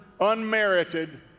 unmerited